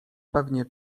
pewnie